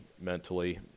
mentally